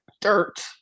dirt